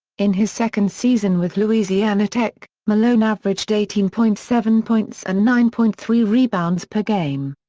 in his second season with louisiana tech, malone averaged eighteen point seven points and nine point three rebounds per game.